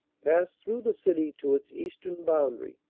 passed through the city to its eastern boundary.